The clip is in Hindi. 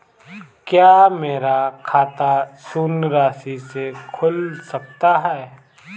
क्या मेरा खाता शून्य राशि से खुल सकता है?